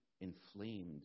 inflamed